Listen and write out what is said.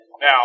Now